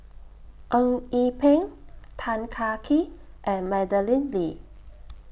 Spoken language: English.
Eng Yee Peng Tan Kah Kee and Madeleine Lee